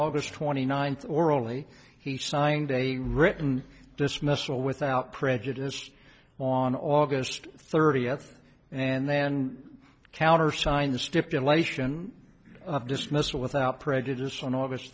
august twenty ninth orally he signed a written dismissal without prejudice on aug thirtieth and then countersigned the stipulation of dismissal without prejudice on august